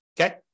okay